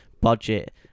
budget